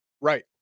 Right